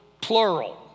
plural